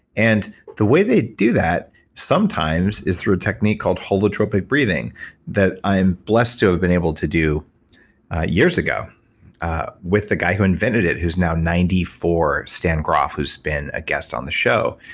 and the way they do that sometimes is through a technique called holotropic breathing that i am blessed to have been able to do years ago ah with the guy who invented it who is now ninety four. stan ah who's been a guest on the show.